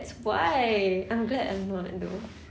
that's why I'm glad I'm not though ya